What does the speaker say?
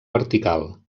vertical